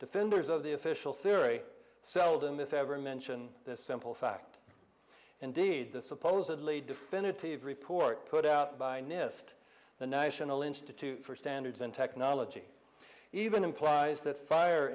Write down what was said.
defenders of the official theory so if ever mention this simple fact indeed the supposedly definitive report put out by nist the national institute for standards and technology even implies that fire